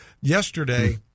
yesterday